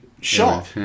shot